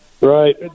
Right